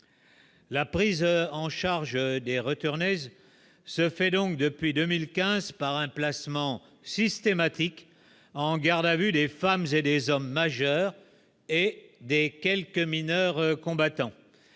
la prise en charge des retourner se fait donc depuis 2015 par un placement systématique en garde à vue, des femmes et des hommes majeurs et des quelques mineurs combattants